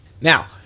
now